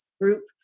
group